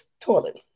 toilet